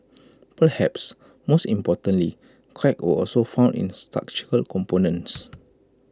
perhaps most importantly cracks were also found in structural components